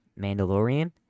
Mandalorian